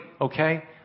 okay